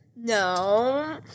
No